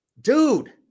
dude